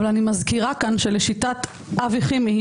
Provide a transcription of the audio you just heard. אבל אני מזכירה כאן שלשיטת אבי חימי,